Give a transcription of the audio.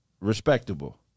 Respectable